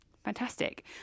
Fantastic